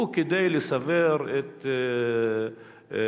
הוא כדי לסבר את אוזניהם